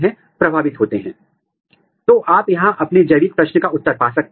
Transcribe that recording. यह rice panicle है और राइस पैनल्स राइस इनफ्लोरेसेंस है